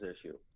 issue